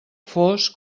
fos